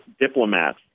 diplomats